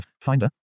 Finder